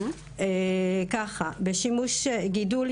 גידול,